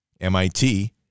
MIT